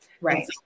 Right